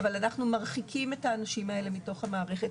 אנחנו מרחיקים את האנשים האלה מתוך המערכת.